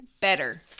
better